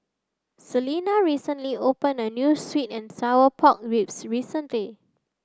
Selina recently opened a new sweet and sour pork ribs restaurant